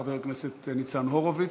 חבר הכנסת ניצן הורוביץ,